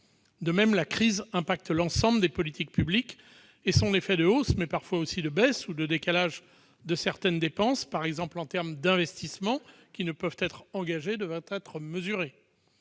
De même, la crise affecte l'ensemble des politiques publiques et son effet, à la hausse, mais parfois aussi à la baisse, avec un décalage de certaines dépenses- je pense par exemple aux investissements qui ne peuvent être engagés -, devrait être mesuré.